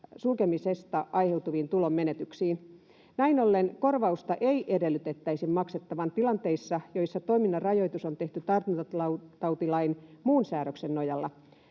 sulkemisesta aiheutuviin tulonmenetyksiin. Näin ollen korvausta ei edellytettäisi maksettavan tilanteissa, joissa toiminnan rajoitus on tehty tartuntatautilain muun säännöksen nojalla.